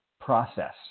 process